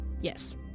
Yes